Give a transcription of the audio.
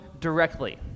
directly